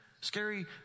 Scary